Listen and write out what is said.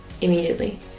immediately